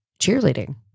cheerleading